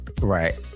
right